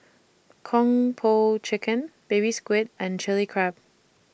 Kung Po Chicken Baby Squid and Chili Crab